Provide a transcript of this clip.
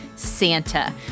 Santa